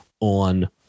on